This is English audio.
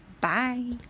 Bye